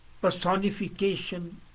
personification